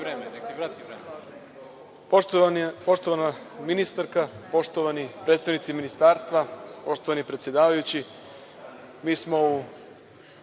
ovlašćeni. Poštovana ministarka, poštovani predstavnici ministarstva, poštovani predsedavajući, mi smo u